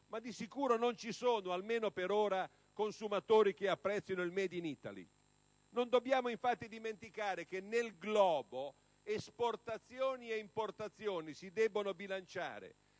ma di sicuro non ci sono, almeno per ora, consumatori che apprezzino il *made in Italy*? Non dobbiamo infatti dimenticare che nel globo esportazioni ed importazioni si debbono bilanciare